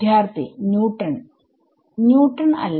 വിദ്യാർത്ഥി Newton Newton അല്ല